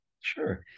sure